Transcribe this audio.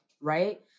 Right